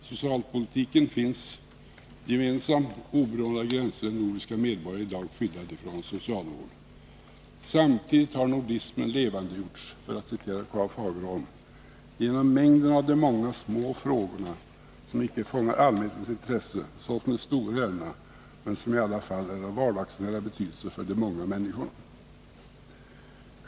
Socialpolitiken finns gemensam — oberoende av gränser är den nordiske medborgaren i dag skyddad i fråga om socialvård. Samtidigt har nordismen levandegjorts, för att citera K.A. Fagerholm, genom mängden av de många små frågorna, som icke fångar allmänhetens intresse så som de stora ärendena, men som i alla fall är av vardagsnära betydelse för de många människorna.